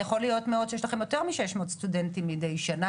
יכול להיות מאוד שיש לכם יותר מ-600 סטודנטים מדי שנה,